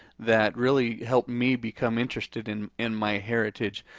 that really helped me become interested in in myheritage.